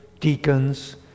deacons